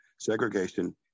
segregation